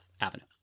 Avenue